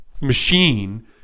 machine